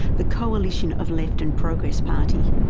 the coalition of left and progress party,